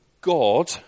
God